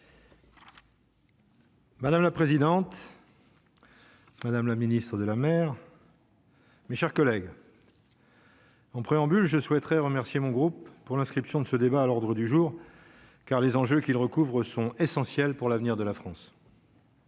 Madame la présidente. Madame la Ministre de la mer. Mes chers collègues. En préambule, je souhaiterais remercier mon groupe pour l'inscription de ce débat à l'ordre du jour car les enjeux qu'il recouvre sont essentiels pour l'avenir de la France.